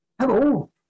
Hello